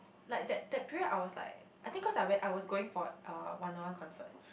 like that that period I was like I think cause I went I was going for uh Wanna-One concert